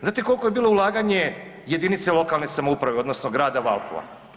Znate koliko je bilo ulaganje jedinice lokalne samouprave odnosno grada Valpova?